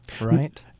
right